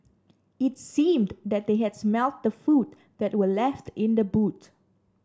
it seemed that they had smelt the food that were left in the boot